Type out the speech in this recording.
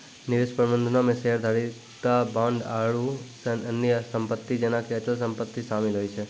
निवेश प्रबंधनो मे शेयरधारिता, बांड आरु अन्य सम्पति जेना कि अचल सम्पति शामिल होय छै